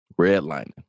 redlining